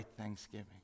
thanksgiving